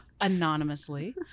anonymously